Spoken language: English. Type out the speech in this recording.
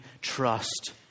trust